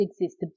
exist